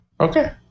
Okay